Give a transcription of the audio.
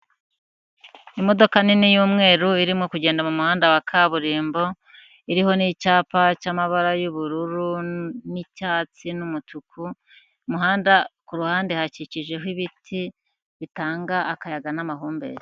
Imodoka nini y'umweru irimo kugenda mumuhanda wa kaburimbo iriho n'icyapa cyamabara y'ubururu nicyatsi n'umutuku muhanda kuruhande hakikijeho ibiti bitanga akayaga n'amahumbezi.